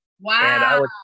Wow